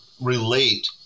relate